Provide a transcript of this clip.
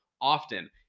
often